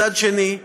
מצד אחר,